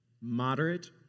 moderate